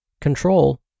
Control